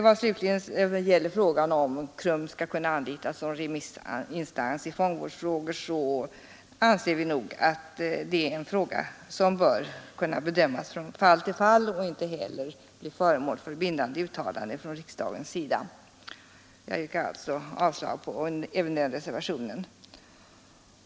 Vad slutligen gäller frågan huruvida KRUM skall kunna anlitas som remissinstans i fångvårdsfrågor anser vi nog att detta bör kunna bedömas från fall till fall och att inte heller den frågan bör bli föremål för bindande uttalanden från riksdagens sida. Jag yrkar alltså avslag även på denna reservation.